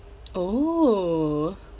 oh